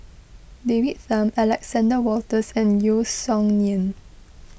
David Tham Alexander Wolters and Yeo Song Nian